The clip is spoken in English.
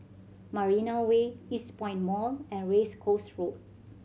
Marina Way Eastpoint Mall and Race Course Road